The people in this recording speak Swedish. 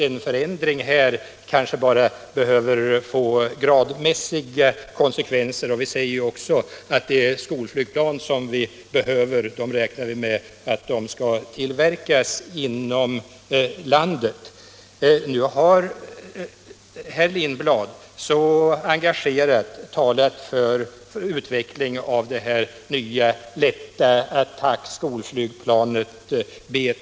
En förändring behöver kanske bara få gradmässiga konsekvenser. Vi säger också att vi räknar med att de skolflygplan som vi behöver skall tillverkas inom landet. Herr Lindblad har nu engagerat talat för utveckling av det nya lätta attack och skolflygplanet B3LA.